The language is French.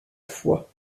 foi